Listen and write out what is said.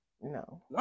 No